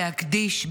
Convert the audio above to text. שאף